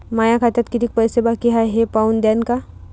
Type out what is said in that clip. माया खात्यात कितीक पैसे बाकी हाय हे पाहून द्यान का?